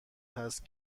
هست